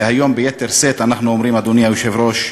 והיום ביתר שאת אנחנו אומרים, אדוני היושב-ראש,